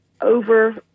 over